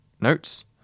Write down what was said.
Notes